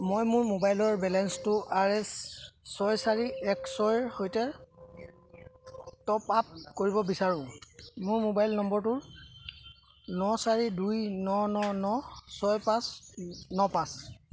মই মোৰ মোবাইলৰ বেলেন্সটো আৰ এচ ছয় চাৰি এক ছয়ৰ সৈতে টপ আপ কৰিব বিচাৰোঁ মোৰ মোবাইল নম্বৰটোৰ ন চাৰি দুই ন ন ন ছয় পাঁচ ন পাঁচ